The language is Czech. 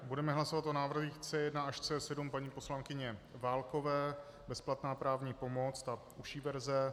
Budeme hlasovat o návrzích C1 až C7 paní poslankyně Válkové bezplatná právní pomoc, ta užší verze.